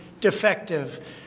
defective